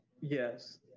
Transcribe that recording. Yes